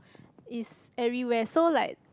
is everywhere so like